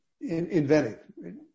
invented